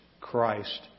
Christ